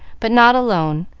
but not alone,